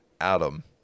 Adam